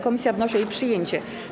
Komisja wnosi o jej przyjęcie.